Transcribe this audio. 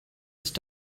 ist